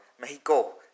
Mexico